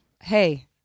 Hey